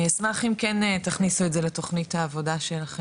אני אשמח אם כן תכניסו את זה לתוכנית העבודה שלכם.